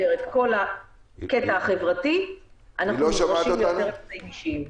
את כל הקטע החברתי אנחנו נדרשים ליותר אמצעים אישיים.